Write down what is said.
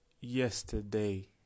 yesterday